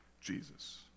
Jesus